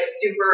super